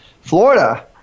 Florida